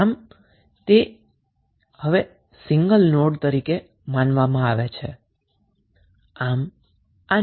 આમ તે હવે સિંગલ નોડ તરીકે માનવામાં આવે છે